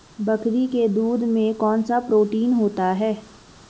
बकरी के दूध में कौनसा प्रोटीन होता है?